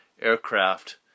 aircraft